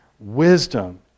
Wisdom